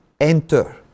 enter